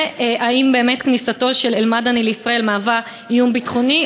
והאם באמת כניסתו של אל-מדני לישראל מהווה איום ביטחוני,